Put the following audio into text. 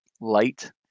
light